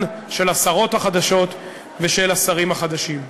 של השרות החדשות ושל השרים החדשים.